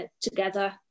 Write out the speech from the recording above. together